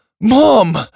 Mom